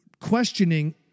questioning